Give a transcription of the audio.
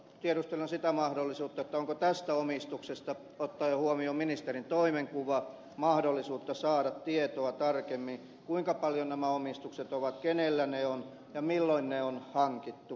tiedustelen sitä mahdollisuutta onko tästä omistuksesta ottaen huomioon ministerin toimenkuva mahdollisuutta saada tietoa tarkemmin kuinka paljon nämä omistukset ovat kenellä ne ovat ja milloin ne on hankittu